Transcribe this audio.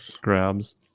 grabs